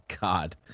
God